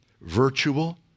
Virtual